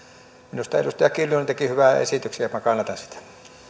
minusta edustaja kiljunen teki hyvän esityksen ja minä kannatan sitä